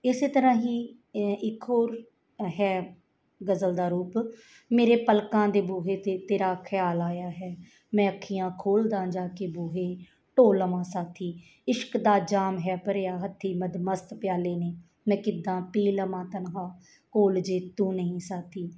ਇਸ ਤਰ੍ਹਾਂ ਹੀ ਇੱਕ ਹੋਰ ਹੈ ਗਜ਼ਲ ਦਾ ਰੂਪ ਮੇਰੇ ਪਲਕਾਂ ਦੇ ਬੂਹੇ 'ਤੇ ਤੇਰਾ ਖਿਆਲ ਆਇਆ ਹੈ ਮੈਂ ਅੱਖੀਆਂ ਖੋਲ੍ਹਦਾ ਜਾ ਕੇ ਬੂਹੇ ਢੋਅ ਲਵਾਂ ਸਾਥੀ ਇਸ਼ਕ ਦਾ ਜਾਮ ਹੈ ਭਰਿਆ ਹੱਥੀਂ ਮਦਮਸਤ ਪਿਆਲੇ ਨੇ ਮੈਂ ਕਿੱਦਾਂ ਪੀ ਲਵਾਂ ਤਨਹਾ ਕੋਲ ਜੇ ਤੂੰ ਨਹੀਂ ਸਾਥੀ